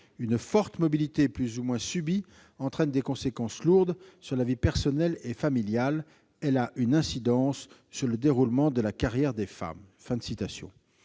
Une forte mobilité plus ou moins subie entraîne des conséquences lourdes sur la vie personnelle et familiale. Elle a une incidence sur le déroulement de la carrière des femmes ».